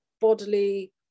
bodily